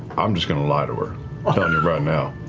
i'm just going to lie to her. i'm telling you right now.